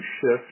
shift